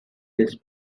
display